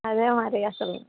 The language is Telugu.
అదే మరి అస్సలు